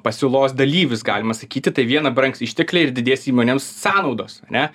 pasiūlos dalyvis galima sakyti tai viena brangs ištekliai ir didės įmonėms sąnaudos ar ne